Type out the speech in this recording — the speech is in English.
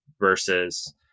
versus